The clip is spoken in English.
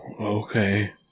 okay